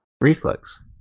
Reflex